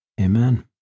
amen